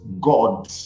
God